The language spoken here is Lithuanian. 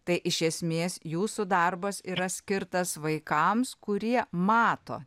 tai iš esmės jūsų darbas yra skirtas vaikams kurie mato